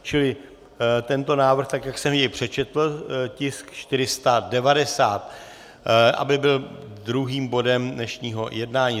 Čili tento návrh, tak jak jsem jej přečetl, tisk 490, aby byl druhým bodem dnešního jednání.